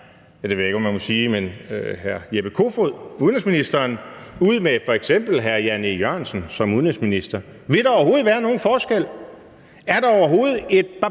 vi ville få ved at skifte den nuværende udenrigsminister ud med f.eks. hr. Jan E. Jørgensen som udenrigsminister. Vil der overhovedet være nogen forskel? Er der overhovedet et barberblad